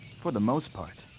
for the most part.